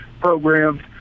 programs